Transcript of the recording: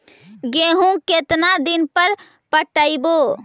गेहूं केतना दिन पर पटइबै?